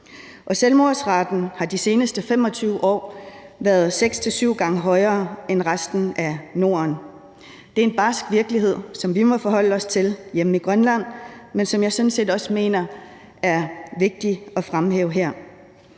Selvmordsraten har de seneste 25 år været seks til syv gange højere end i resten af Norden. Det er en barsk virkelighed, som vi må forholde os til hjemme i Grønland, men som jeg sådan set også mener er vigtig at fremhæve her.